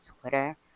Twitter